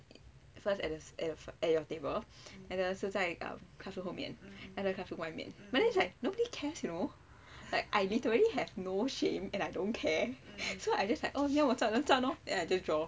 first at at at your table and then 是在 classroom 后面 and then classroom 外面 but then is like nobody cares you know like I literally have no shame and I don't care so I just like oh 你要我站 ah 站 lor ya then just draw